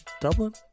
dublin